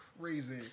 crazy